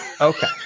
Okay